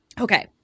okay